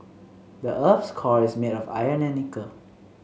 the earth's core is made of iron and nickel